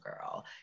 girl